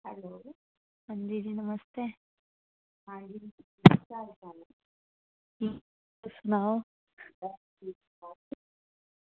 अंजी जी नमस्ते तुस सनाओ